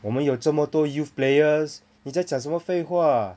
我们有这么多 youth players 你在讲什么废话